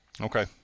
Okay